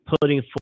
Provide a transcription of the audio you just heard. putting